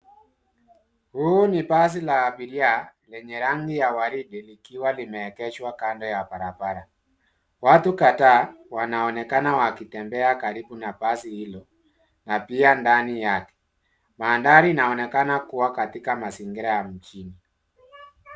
Huu ni basi la abiria lenye rangi ya waridi likiwa limeegeshwa kando ya barabara. Watu kadhaa wanaonekana wakitembea karibu na basi hilo na pia ndani yake. Mandhari inaonekana kuwa katika mazingira ya mjini.